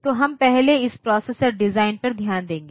तो हम पहले इस प्रोसेसर डिजाइन पर ध्यान देंगे